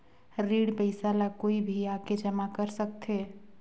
ऋण पईसा ला कोई भी आके जमा कर सकथे?